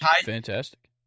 fantastic